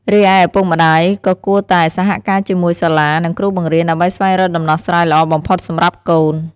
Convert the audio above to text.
រីឯ ឪពុកម្តាយក៏គួរតែ សហការជាមួយសាលា និងគ្រូបង្រៀន ដើម្បីស្វែងរកដំណោះស្រាយល្អបំផុតសម្រាប់កូន។